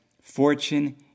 fortune